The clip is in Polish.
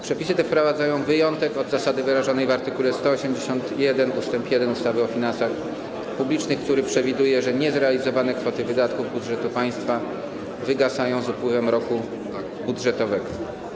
Przepisy te wprowadzają wyjątek od zasady wyrażonej w art. 181 ust. 1 ustawy o finansach publicznych, który przewiduje, że niezrealizowane kwoty wydatków budżetu państwa wygasają z upływem roku budżetowego.